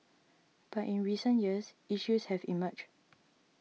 but in recent years issues have emerged